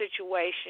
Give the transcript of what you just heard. situation